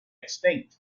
extinct